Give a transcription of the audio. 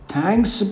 Thanks